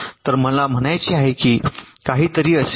तर मला म्हणायचे म्हणजे काहीतरी असे आहे